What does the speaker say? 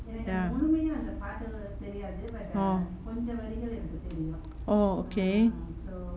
ya orh oh okay